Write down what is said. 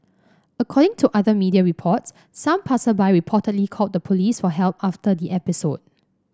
according to other media reports some passersby reportedly called the police for help after the episode